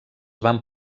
van